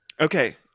Okay